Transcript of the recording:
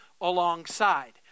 alongside